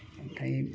ओमफ्राय